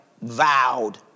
Vowed